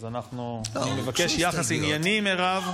אז אנחנו, אני מבקש יחס ענייני, מירב.